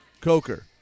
Coker